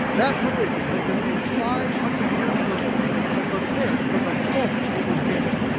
that provision had been made five hundred years earlier in prepared for the moment it was needed.